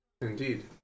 Indeed